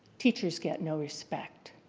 teachers get no respect.